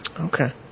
Okay